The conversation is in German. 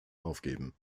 aufgeben